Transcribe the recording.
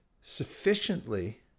sufficiently